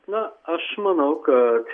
na aš manau kad